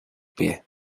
pie